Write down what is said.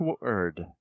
word